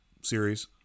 series